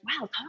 wow